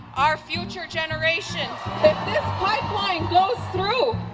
our future generations. if this pipeline goes through,